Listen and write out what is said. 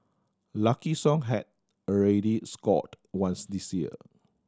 Lucky Song had already scored once this year